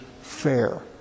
fair